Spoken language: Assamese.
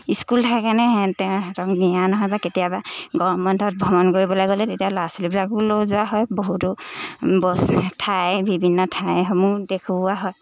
স্কুল থাকে কাৰণে সিহঁতক নিয়া নহয় বা কেতিয়াবা গৰম বন্ধত ভ্ৰমণ কৰিবলৈ গ'লে তেতিয়া ল'ৰা ছোৱালীবিলাককো লৈ যোৱা হয় বহুতো ঠাই বিভিন্ন ঠাইসমূহ দেখুওৱা হয়